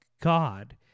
God